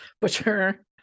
Butcher